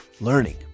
Learning